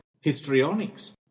histrionics